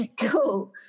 Cool